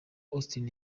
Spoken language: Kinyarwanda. austin